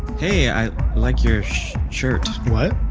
hey, i like your shirt what?